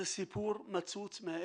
זה סיפור מצוץ מהאצבע.